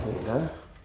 wait ah